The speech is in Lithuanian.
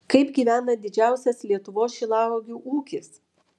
kaip gyvena didžiausias lietuvos šilauogių ūkis